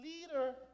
leader